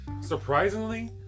Surprisingly